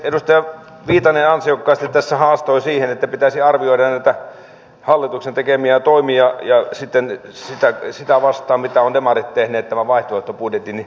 edustaja viitanen ansiokkaasti tässä haastoi siihen että pitäisi arvioida näitä hallituksen tekemiä toimia sitä vasten että demarit ovat tehneet tämän vaihtoehtobudjetin